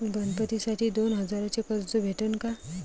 गणपतीसाठी दोन हजाराचे कर्ज भेटन का?